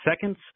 seconds